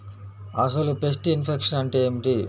అసలు pest infection అంటే ఏమిటి?